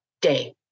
day